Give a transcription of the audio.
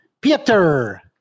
peter